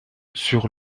sur